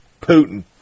Putin